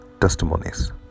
testimonies